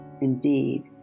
Indeed